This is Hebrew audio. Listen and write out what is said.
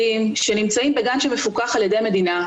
כפי שהצגנו אותה בכל הדיונים שהיו בשבועות